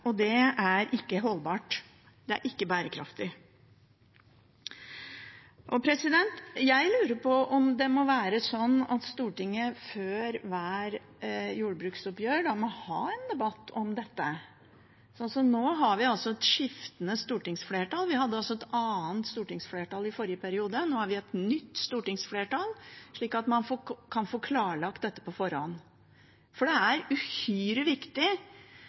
Det er ikke holdbart, det er ikke bærekraftig. Jeg lurer på om Stortinget før hvert jordbruksoppgjør må ha en debatt om dette – vi har et skiftende stortingsflertall, vi hadde et annet stortingsflertall i forrige periode, nå har vi et nytt stortingsflertall – slik at man kan få klarlagt dette på forhånd. For det er uhyre viktig